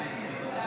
אינו נוכח